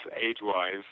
age-wise